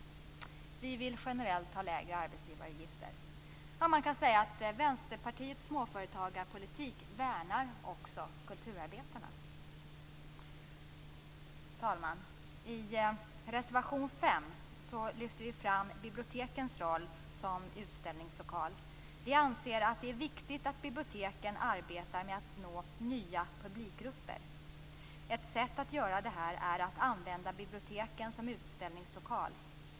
Vi vill generellt ha lägre arbetsgivaravgifter. Man kan säga att Vänsterpartiets småföretagarpolitik värnar också kulturarbetarna. Herr talman! I reservation 5 lyfter vi fram bibliotekens roll som utställningslokal. Vi anser att det är viktigt att biblioteken arbetar med att nå nya publikgrupper. Ett sätt att göra det är att använda biblioteken som utställningslokal.